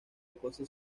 acoso